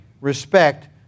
respect